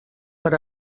per